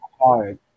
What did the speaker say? hard